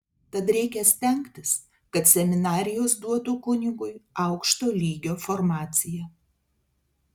tad reikia stengtis kad seminarijos duotų kunigui aukšto lygio formaciją